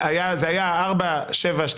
זה היה 4.72%,